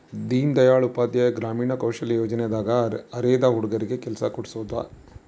ದೀನ್ ದಯಾಳ್ ಉಪಾಧ್ಯಾಯ ಗ್ರಾಮೀಣ ಕೌಶಲ್ಯ ಯೋಜನೆ ದಾಗ ಅರೆದ ಹುಡಗರಿಗೆ ಕೆಲ್ಸ ಕೋಡ್ಸೋದ